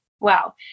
Wow